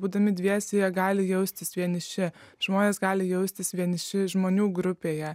būdami dviese jie gali jaustis vieniši žmonės gali jaustis vieniši žmonių grupėje